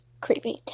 creepy